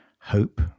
hope